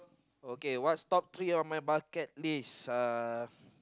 okay what's top three on my bucket list uh